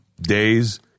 days